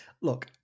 Look